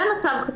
זה המצב.